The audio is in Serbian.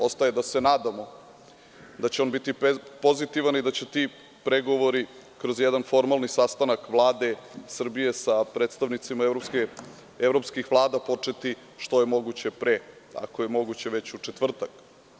Ostaje da se nadamo da će on biti pozitivan i da će ti pregovori kroz jedan formalni sastanak Vlade Srbije sa predstavnicima evropskih vlada početi što je moguće pre, ako je moguće već u četvrtak.